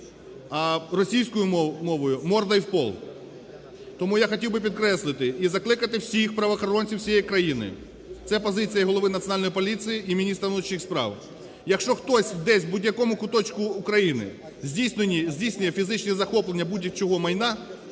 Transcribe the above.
а російською мовою "мордой в пол". Тому я хотів би підкреслити і закликати всіх правоохоронців цієї країни, це позиція і голови Національної поліції, і міністра внутрішніх справ, якщо хтось десь в будь-якому куточку України здійснює фізичні захоплення будь-чийого майна